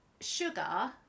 sugar